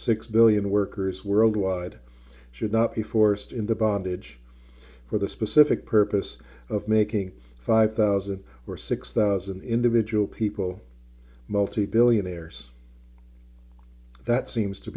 six billion workers worldwide should not be forced into bondage for the specific purpose of making five thousand or six thousand individual people multi billionaires that seems to